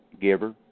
giver